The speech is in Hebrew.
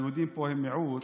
חברי הכנסת וחברות הכנסת,